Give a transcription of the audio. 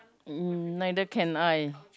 neither can I